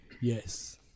yes